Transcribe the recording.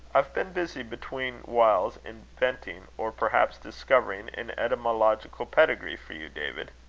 i've been busy, between whiles, inventing, or perhaps discovering, an etymological pedigree for you, david!